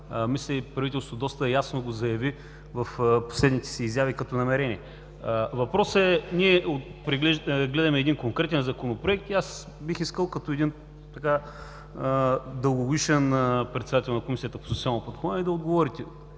мисля, правителството доста ясно го заяви в последните си изяви като намерение. Въпросът е, ние гледаме един конкретен Законопроект и аз бих искал, като един дългогодишен председател на Комисията по социално подпомагане, да отговорите: